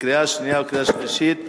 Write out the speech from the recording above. לקריאה שנייה ולקריאה שלישית.